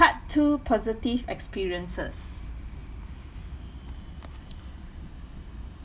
part two positive experiences